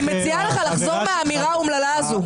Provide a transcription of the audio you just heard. אני מציעה לך לחזור מהאמירה האומללה הזאת.